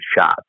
shot